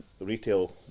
retail